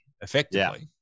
effectively